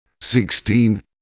sixteen